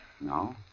No